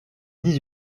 dix